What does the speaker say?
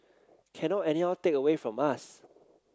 cannot anyhow take away from us